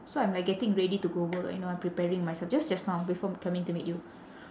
so I'm like getting ready to go work you know I'm preparing myself just just now before coming to meet you